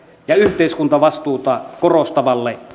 ja yhteiskuntavastuuta korostavalle